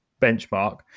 benchmark